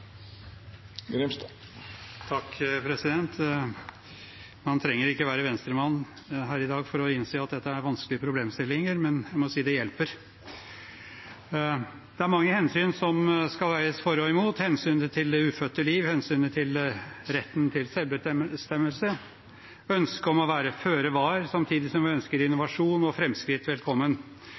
vanskelige problemstillinger, men jeg må si det hjelper! Det er mange hensyn som skal veies for og imot – hensynet til det ufødte liv, hensynet til retten til selvbestemmelse, ønsket om å være føre var, samtidig som vi ønsker innovasjon og framskritt velkommen.